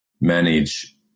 manage